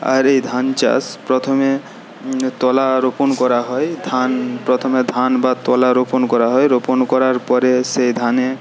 আর এই ধান চাষ প্রথমে তলা রোপন করা হয় ধান প্রথমে ধান বা তোলা রোপন করা হয় রোপন করার পরে সেই ধানে